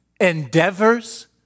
endeavors